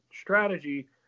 strategy